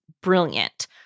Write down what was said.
brilliant